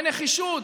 בנחישות,